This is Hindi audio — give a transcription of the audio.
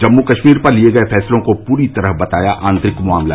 जम्मू कश्मीर पर लिए गए फैसलों को पूरी तरह बताया आंतरिक मामला